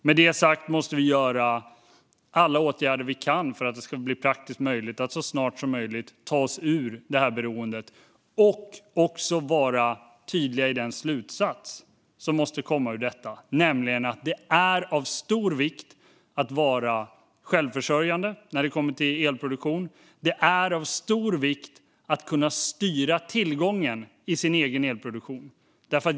Med detta sagt måste vi vidta alla åtgärder vi kan för att så snart som möjligt ta oss ur detta beroende och också vara tydliga i den slutsats som måste komma ur detta, nämligen att det är av stor vikt att vara självförsörjande när det kommer till elproduktion. Det är av stor vikt att kunna styra tillgången i sin egen elproduktion.